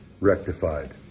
rectified